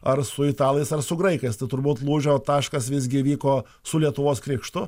ar su italais ar su graikais tad turbūt lūžio taškas visgi įvyko su lietuvos krikštu